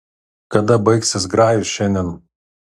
kada baigsis grajus šiandien